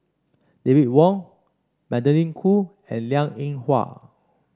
David Wong Magdalene Khoo and Liang Eng Hwa